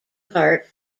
part